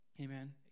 Amen